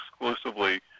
exclusively